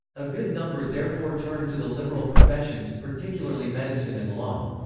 a good number therefore turned to the liberal professions, particularly medicine and law.